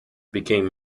became